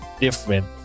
different